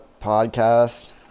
podcast